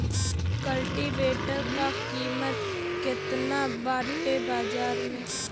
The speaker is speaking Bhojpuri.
कल्टी वेटर क कीमत केतना बाटे बाजार में?